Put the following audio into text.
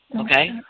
Okay